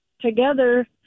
together